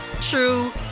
true